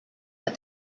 but